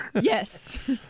Yes